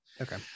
okay